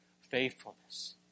faithfulness